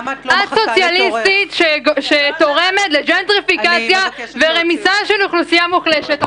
את סוציאליסטית שתורמת לג'נדריפיקציה ורמיסה של אוכלוסייה מוחלשת.